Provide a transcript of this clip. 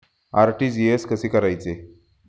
RTGS कसे करायचे?